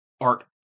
art